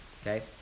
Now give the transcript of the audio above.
Okay